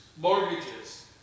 mortgages